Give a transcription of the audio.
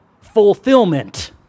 fulfillment